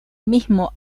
mismo